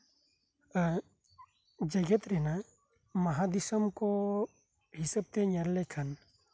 ᱮᱸᱜ ᱡᱮᱜᱮᱛ ᱨᱮᱱᱟᱜ ᱢᱟᱦᱟ ᱫᱤᱥᱚᱢ ᱠᱚ ᱦᱤᱥᱟᱹᱵ ᱧᱮᱞ ᱞᱮᱠᱷᱟᱱ